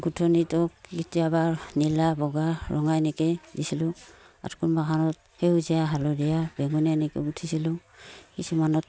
গোঁঠনিটো কেতিয়াবা নীলা বগা ৰঙা এনেকৈ দিছিলোঁ বা কোনোবা এখনত সেউজীয়া হালধীয়া বেঙুনীয়া এনেকৈও গোঁঠিছিলোঁ কিছুমানত